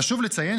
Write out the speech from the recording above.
חשוב לציין,